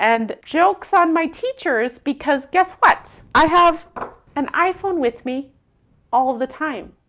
and joke's on my teachers because guess what? i have an iphone with me all the time,